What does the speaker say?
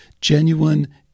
genuine